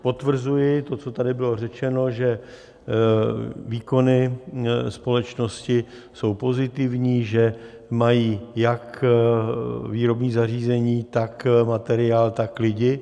Potvrzuji to, co tady bylo řečeno, že výkony společnosti jsou pozitivní, že mají jak výrobní zařízení, tak materiál, tak lidi.